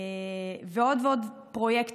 ויש עוד ועוד פרויקטים,